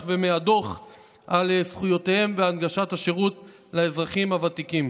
ומהדוח על זכויותיהם בהנגשת השירות לאזרחים הוותיקים.